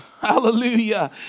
Hallelujah